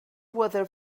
weather